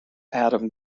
adam